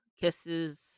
kisses